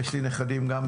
יש לי גם כן נכדים שם,